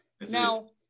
now